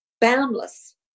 boundless